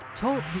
talk